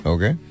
Okay